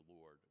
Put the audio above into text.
Lord